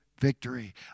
victory